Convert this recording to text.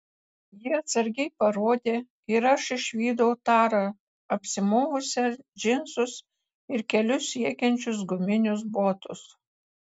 ji atsargiai parodė ir aš išvydau tarą apsimovusią džinsus ir kelius siekiančius guminius botus